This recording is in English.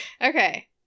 Okay